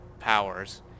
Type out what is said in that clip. powers